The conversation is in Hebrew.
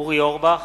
אורי אורבך,